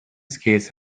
skates